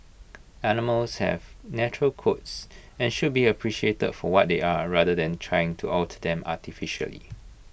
animals have natural coats and should be appreciated for what they are rather than trying to alter them artificially